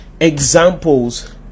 examples